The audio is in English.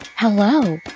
Hello